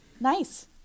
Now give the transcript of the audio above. nice